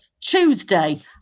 Tuesday